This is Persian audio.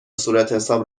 صورتحساب